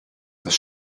das